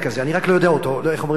אני רק לא יודע איך אומרים אותו,